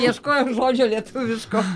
ieškojau žodžio lietuviško